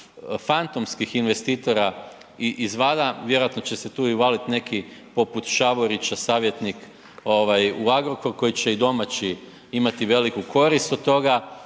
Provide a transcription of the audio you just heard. fantomskih investitora i izvana, vjerojatno će se tu i uvaliti neki poput Šavorića savjetnik u Agrokoru koji će i domaći imati veliku korist oko toga